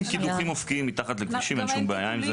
קידוחים אופקיים מתחת לכבישים אין שום בעיה עם זה.